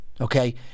okay